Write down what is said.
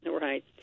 right